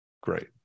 great